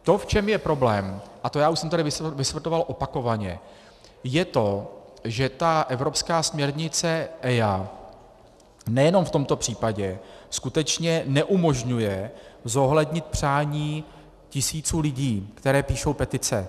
To, v čem je problém, a to já už jsem tady vysvětloval opakovaně, je to, že ta evropská směrnice EIA nejenom v tomto případě skutečně neumožňuje zohlednit přání tisíců lidí, kteří píšou petice.